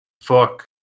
fuck